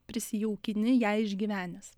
prisijaukini ją išgyvenęs